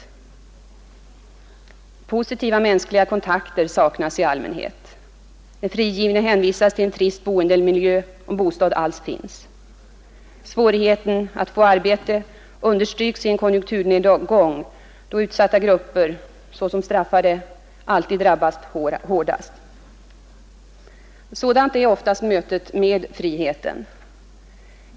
I allmänhet saknas positiva mänskliga kontakter. Den frigivne hänvisas till en trist boendemiljö, om bostad alls finns. Svårigheten att få arbete understryks i en konjunkturnedgång, då utsatta grupper, bl.a. straffade, alltid drabbas hårdast. Sådant är oftast mötet med friheten.